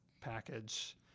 package